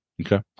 Okay